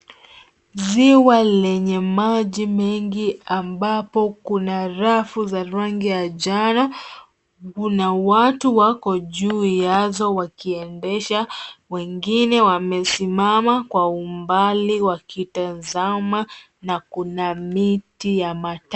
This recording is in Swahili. Ziwa lenye maji mengi ambapo kuna rafu za rangi ya njano. Kuna watu wako juu yazo wakiendesha. Wengine wamesimama kwa umbali wakitazama, na kuna miti ya matawi.